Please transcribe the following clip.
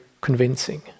convincing